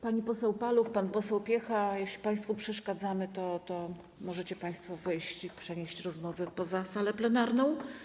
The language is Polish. Pani poseł Paluch, pan poseł Piecha, jeśli państwu przeszkadzamy, to możecie państwo wyjść i przenieść rozmowy poza salę plenarną.